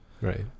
Right